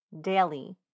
daily